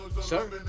sir